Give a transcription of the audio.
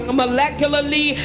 molecularly